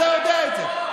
אתה יודע את זה,